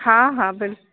हा हा बिल